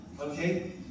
Okay